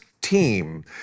team